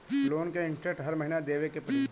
Loan के interest हर महीना देवे के पड़ी?